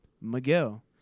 Miguel